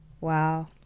Wow